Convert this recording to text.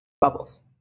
Bubbles